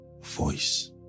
voice